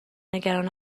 نگران